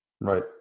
Right